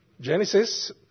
Genesis